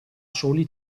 soli